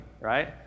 right